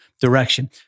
direction